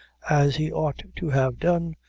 as he ought to have done,